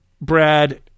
Brad